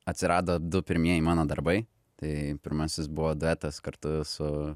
atsirado du pirmieji mano darbai tai pirmasis buvo duetas kartu su